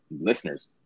Listeners